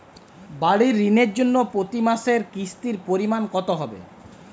বাড়ীর ঋণের জন্য প্রতি মাসের কিস্তির পরিমাণ কত হবে?